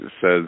says